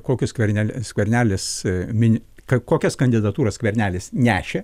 kokį skverneli skvernelis mini kad kokias kandidatūras skvernelis nešė